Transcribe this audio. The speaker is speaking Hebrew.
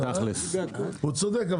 הוא צודק,